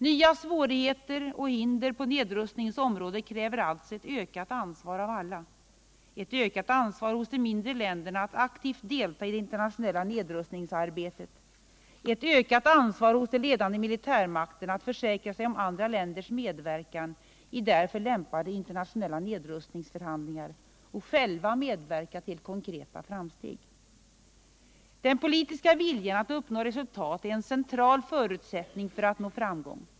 Nya svårigheter och hinder på nedrustningens område kräver alltså ett ökat ansvar av alla, ett ökat ansvar hos de mindre länderna att aktivt delta i det internationella nedrustningsarbetet, et ökat ansvar hos de iedande militärmakterna att försäkra sig om andra länders medverkan i därför lämpade internationella nedrustningsförhandlingar och själva medverka till konkreta framsteg. Den politiska viljan att uppnå resultat är en central förutsättning för att nå framgång.